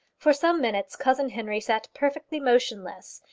for some minutes cousin henry sat perfectly motionless,